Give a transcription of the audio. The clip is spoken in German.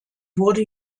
wurde